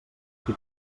qui